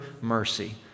mercy